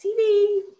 TV